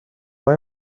های